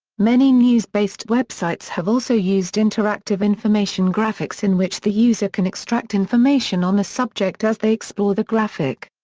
many news based websites have also used interactive information graphics in which the user can extract information on a subject as they explore the graphic.